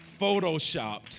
photoshopped